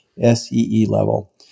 S-E-E-Level